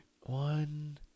One –